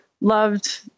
loved